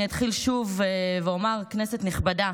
אני אתחיל שוב ואומר: כנסת נכבדה,